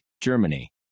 Germany